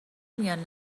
میان